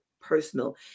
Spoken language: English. personal